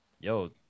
yo